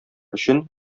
өчен